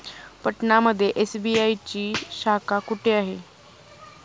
पटना मध्ये एस.बी.आय ची शाखा कुठे आहे?